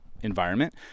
environment